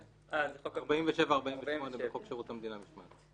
זה 47. זה 47 ו-48 בחוק שירות המדינה (משמעת).